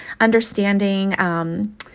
understanding